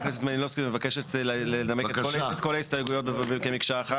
חברת הכנסת מלינובסקי מבקשת לנמק את כל ההסתייגויות כמקשה אחת?